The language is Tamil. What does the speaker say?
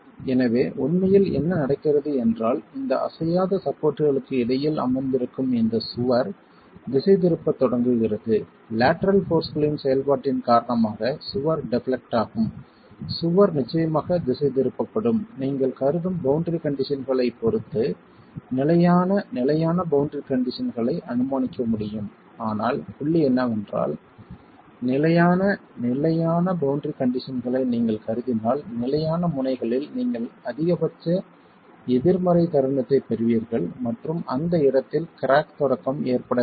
எனவே உண்மையில் என்ன நடக்கிறது என்றால் இந்த அசையாத சப்போர்ட்களுக்கு இடையில் அமர்ந்திருக்கும் இந்த சுவர் திசைதிருப்பத் தொடங்குகிறது லேட்டரல் போர்ஸ்களின் செயல்பாட்டின் காரணமாக சுவர் டெப்லெக்ட் ஆகும் சுவர் நிச்சயமாக திசைதிருப்பப்படும் நீங்கள் கருதும் பௌண்டரி கண்டிஷன்களைப் பொறுத்து நிலையான நிலையான பௌண்டரி கண்டிஷன்களை அனுமானிக்க முடியும் ஆனால் புள்ளி என்னவென்றால் நிலையான நிலையான பௌண்டரி கண்டிஷன்களை நீங்கள் கருதினால் நிலையான முனைகளில் நீங்கள் அதிகபட்ச எதிர்மறை தருணத்தைப் பெறுவீர்கள் மற்றும் அந்த இடத்தில் கிராக் தொடக்கம் ஏற்பட வேண்டும்